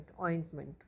ointment